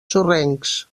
sorrencs